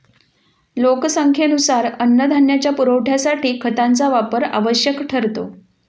लोकसंख्येनुसार अन्नधान्याच्या पुरवठ्यासाठी खतांचा वापर आवश्यक ठरतो